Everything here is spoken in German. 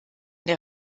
der